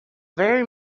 very